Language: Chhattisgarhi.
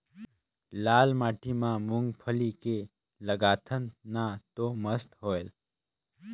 लाल माटी म मुंगफली के लगाथन न तो मस्त होयल?